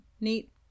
neat